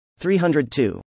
302